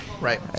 Right